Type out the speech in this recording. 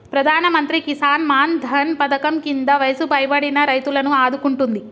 ప్రధానమంత్రి కిసాన్ మాన్ ధన్ పధకం కింద వయసు పైబడిన రైతులను ఆదుకుంటుంది